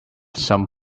some